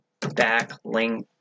Backlink